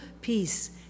peace